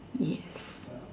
yes